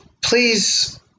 please